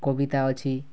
କବିତା ଅଛି